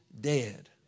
dead